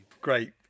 Great